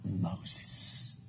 Moses